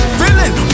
feeling